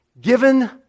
Given